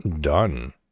done